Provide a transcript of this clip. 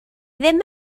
ddim